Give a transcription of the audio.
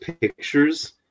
pictures